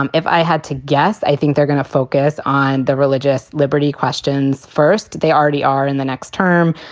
um if i had to guess, i think they're going to focus on the religious liberty questions first. they already are in the next term.